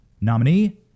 nominee